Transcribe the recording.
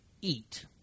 eat